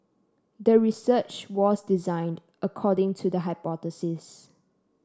the research was designed according to the hypothesis